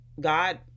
God